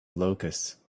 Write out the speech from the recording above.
locusts